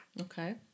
Okay